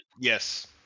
Yes